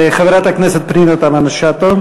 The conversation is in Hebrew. חברת הכנסת פנינה תמנו-שטה,